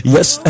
Yes